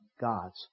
gods